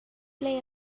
play